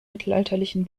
mittelalterlichen